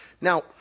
Now